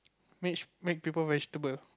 make make people vegetable